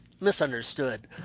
misunderstood